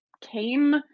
came